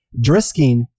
Driskin